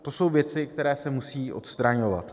To jsou věci, které se musí odstraňovat.